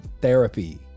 therapy